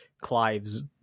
Clive's